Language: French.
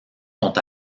sont